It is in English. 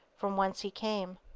from whence he came.